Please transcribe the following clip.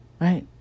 Right